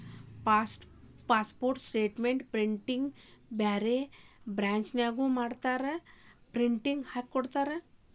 passbook statement ಪ್ರಿಂಟ್ನ ಬ್ಯಾರೆ ಬ್ರಾಂಚ್ನ್ಯಾಗು ಹೋಗಿ ಪ್ರಿಂಟ್ ಹಾಕಿಕೊಡ್ತಾರ